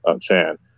Chan